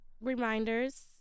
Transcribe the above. Reminders